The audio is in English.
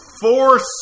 force